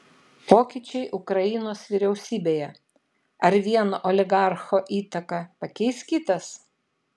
pokyčiai ukrainos vyriausybėje ar vieno oligarcho įtaką pakeis kitas